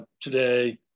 today